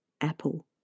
apple